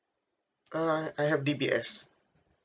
uh I I have D_B_S